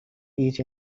each